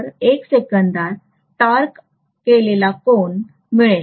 तर 1 सेकंदात ट्रॅवर्स केलेला कोन मिळेल